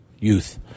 youth